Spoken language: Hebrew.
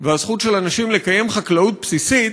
והזכות של אנשים לקיים חקלאות בסיסית